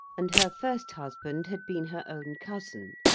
and her first husband had been her own cousin.